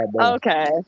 Okay